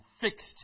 fixed